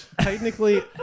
Technically